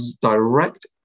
direct